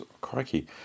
Crikey